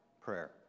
prayer